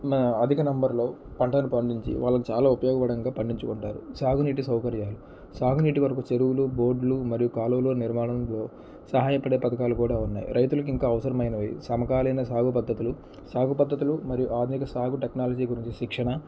అధిక నెంబర్లో పంటను పండించి వాళ్ళకు చాలా ఉపయోగపడంగా పండించుకుంటారు సాగునీటి సౌకర్యాలు సాగునీటి కొరకు చెరువులు బోర్డులు మరియు కాలవులు నిర్మాణంలో సహాయపడే పథకాలు కూడా ఉన్నాయి రైతులకి ఇంకా అవసరమైనవి సమకాలీన సాగు పద్ధతులు సాగు పద్ధతులు మరియు ఆధునిక సాగు టెక్నాలజీ గురించి శిక్షణ